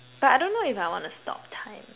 but I don't know if I wanna stop time